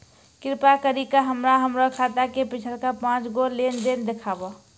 कृपा करि के हमरा हमरो खाता के पिछलका पांच गो लेन देन देखाबो